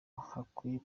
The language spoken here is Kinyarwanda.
hakwiye